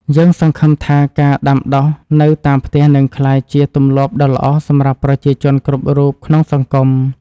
យើងសង្ឃឹមថាការដាំដុះនៅតាមផ្ទះនឹងក្លាយជាទម្លាប់ដ៏ល្អសម្រាប់ប្រជាជនគ្រប់រូបក្នុងសង្គម។